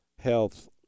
health